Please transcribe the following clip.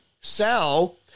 sell